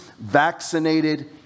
vaccinated